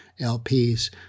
LPs